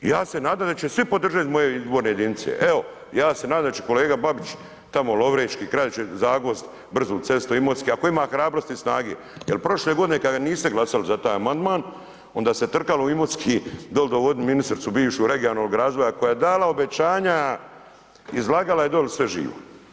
Ja se nadam da će svi podržati iz moje izborne jedinice, evo ja se nadam da će kolega Babić tamo lovrečki kraj će Zagvozd brzom cestom Imotski ako ima hrabrosti i snage jel prošle godine kada niste glasali za taj amandman onda se trkalo u Imotski doli dovodit ministricu bivšu regionalnog razvoja koja je dala obećanja, izlagala je doli sve živo.